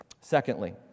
Secondly